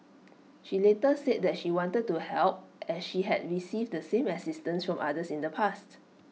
she later said that she wanted to help as she had received the same assistance from others in the past